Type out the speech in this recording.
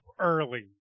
early